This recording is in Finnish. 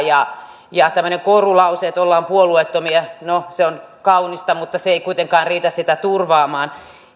tämmöinen korulause että ollaan puolueettomia no se on kaunista mutta se ei kuitenkaan riitä sitä turvaamaan